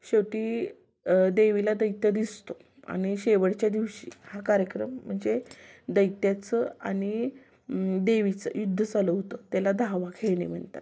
शेवटी देवीला दैत्य दिसतो आणि शेवटच्या दिवशी हा कार्यक्रम म्हणजे दैत्याचं आणि देवीचं युद्ध चालू होतं त्याला धावा खेळणे म्हणतात